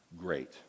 great